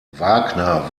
wagner